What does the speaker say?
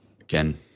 again